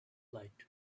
light